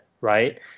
right